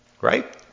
Right